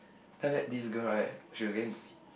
then after that this girl right she was getting bullied